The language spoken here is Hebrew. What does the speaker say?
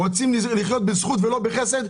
הם רוצים לחיות בזכות ולא בחסד.